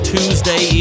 Tuesday